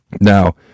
Now